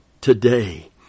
Today